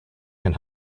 can